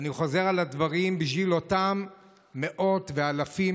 אני חוזר על הדברים בשביל אותם מאות ואלפים